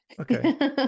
Okay